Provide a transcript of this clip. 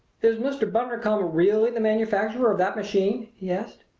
is mr. bundercombe really the manufacturer of that machine? he asked.